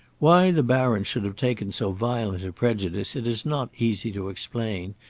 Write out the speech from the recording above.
why the baron should have taken so violent a prejudice it is not easy to explain,